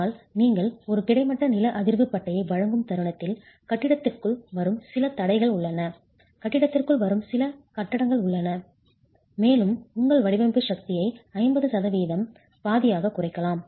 ஆனால் நீங்கள் ஒரு கிடைமட்ட நில அதிர்வு பட்டையை வழங்கும் தருணத்தில் கட்டிடத்திற்குள் வரும் சில தடைகள் உள்ளன கட்டிடத்திற்குள் வரும் சில கட்டங்கள் உள்ளன மேலும் உங்கள் வடிவமைப்பு சக்தியை 50 சதவிகிதம் பாதியாக குறைக்கலாம்